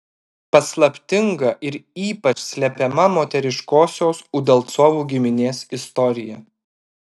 paslaptinga ir ypač slepiama moteriškosios udalcovų giminės istorija